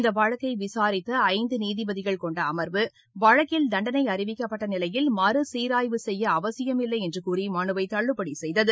இந்த வழக்கை விசாரித்த ஐந்து நீதிபதிகள் கொண்ட அமா்வு வழக்கில் தண்டனை அறிவிக்கப்பட்ட நிலையில் மறு சீராய்வு செய்ய அவசியமில்லை என்று கூறி மனுவை தள்ளுபடி செய்தது